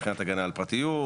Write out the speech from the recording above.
מבחינת הגנה על פרטיות,